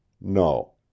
No